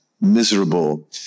miserable